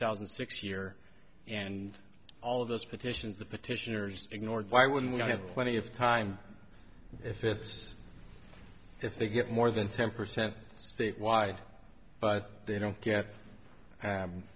thousand and six year and all of those petitions the petitioners ignored why wouldn't i have plenty of time if it was if they get more than ten percent statewide but they don't get